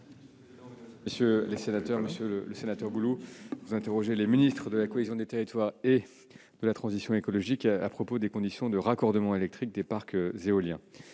Monsieur le sénateur, vous interrogez Mme la ministre de la cohésion des territoires et Mme la ministre de la transition écologique sur les conditions de raccordement électrique des parcs éoliens.